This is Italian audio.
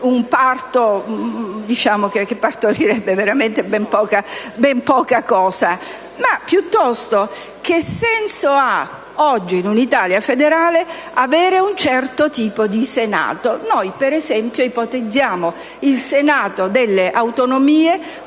senatori, riforma che partorirebbe veramente ben poca cosa; piuttosto, che senso ha oggi, in un'Italia federale, avere un certo tipo di Senato? Noi, per esempio, ipotizziamo un Senato delle autonomie,